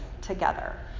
together